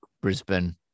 brisbane